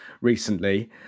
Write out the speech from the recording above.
recently